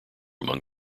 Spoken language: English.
among